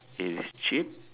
it is cheap